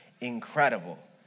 incredible